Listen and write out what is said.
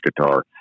guitar